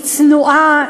היא צנועה,